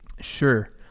Sure